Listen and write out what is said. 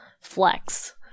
flex